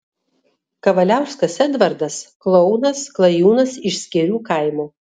kavaliauskas edvardas klounas klajūnas iš skėrių kaimo